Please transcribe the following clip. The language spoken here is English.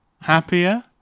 happier